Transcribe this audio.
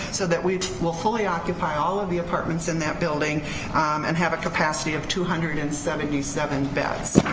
so that we will fully occupy all of the apartments in the that building and have a capacity of two hundred and seventy seven beds.